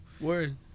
Word